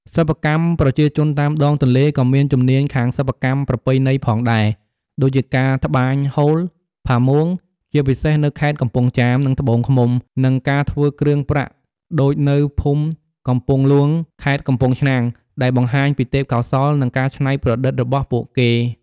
សិប្បកម្ម ប្រជាជនតាមដងទន្លេក៏មានជំនាញខាងសិប្បកម្មប្រពៃណីផងដែរ ដូចជា ការត្បាញហូល ផាមួង ជាពិសេសនៅខេត្តកំពង់ចាម និងត្បូងឃ្មុំ និង ការធ្វើគ្រឿងប្រាក់ ដូចនៅភូមិកំពង់ហ្លួង ខេត្តកំពង់ឆ្នាំង ដែលបង្ហាញពីទេពកោសល្យ និងការច្នៃប្រឌិតរបស់ពួកគេ។